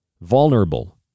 vulnerable